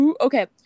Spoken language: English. Okay